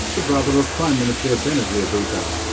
the brother of prime minister benazir bhutto.